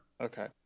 Okay